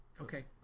Okay